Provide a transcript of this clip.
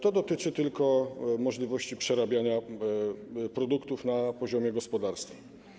To dotyczy więc tylko możliwości przerabiania produktów na poziomie gospodarstwa.